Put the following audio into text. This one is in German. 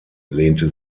lehnte